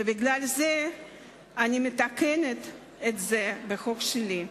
ולכן אני מתקנת את זה בחוק שלי.